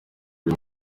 ngo